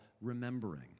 Remembering